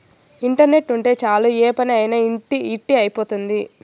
internet ఉంటే చాలు ఏ పని అయినా ఇట్టి అయిపోతుంది